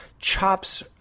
Chops